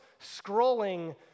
scrolling